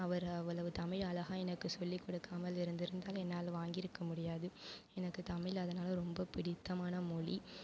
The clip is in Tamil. அவர் அவ்வளவு தமிழ் அழகாக எனக்கு சொல்லிக்கொடுக்காம இருந்திருந்தால் என்னால் வாங்கியிருக்க முடியாது எனக்கு தமிழ் அதனால ரொம்ப பிடித்தமான மொழி